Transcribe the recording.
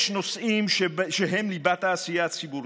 יש נושאים שהם ליבת העשייה הציבורית.